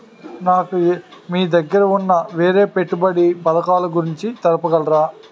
నాకు మీ దగ్గర ఉన్న వేరే పెట్టుబడి పథకాలుగురించి చెప్పగలరా?